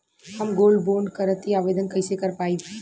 हम gold bond करतिं आवेदन कइसे कर पाइब?